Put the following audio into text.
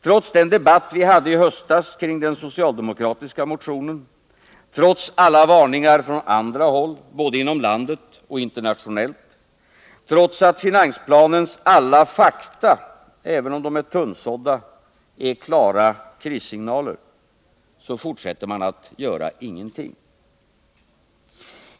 Trots den debatt vi hade i höstas kring den socialdemokratiska motionen, trots alla varningar från andra håll, både inom landet och internationellt, och trots att finansplanens alla fakta — även om de är tunnsådda — är klara krissignaler, så fortsätter man att göra ingenting.